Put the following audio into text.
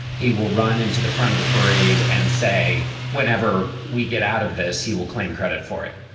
he will run into the front of the parade and say whenever we get out of this, he will claim credit for it.